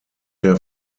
der